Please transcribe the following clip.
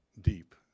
deep